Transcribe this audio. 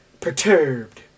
perturbed